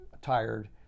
tired